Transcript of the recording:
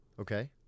Okay